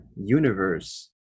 universe